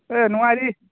ꯑꯦ ꯅꯨꯡꯉꯥꯏꯔꯤ